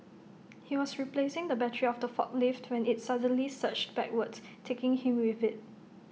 he was replacing the battery of the forklift when IT suddenly surged backwards taking him with IT